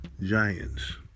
Giants